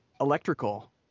electrical